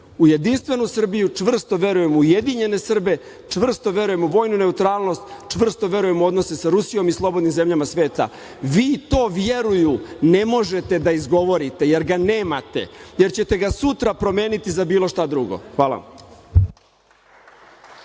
u jedinstvenu Srbiju, čvrsto verujem u ujedinjene Srbe, čvrsto verujem u vojnu neutralnost, čvrsto verujem u odnose sa Rusijom i slobodnim zemljama sveta. Vi to „vjeruju“ ne možete da izgovorite jer ga nemate, jer ćete ga sutra promeniti za bilo šta drugo. **Ana